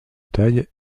taille